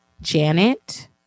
Janet